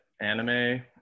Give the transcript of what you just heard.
Anime